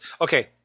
Okay